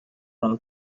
酋长